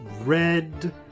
red